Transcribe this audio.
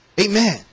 amen